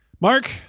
Mark